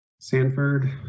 Sanford